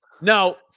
No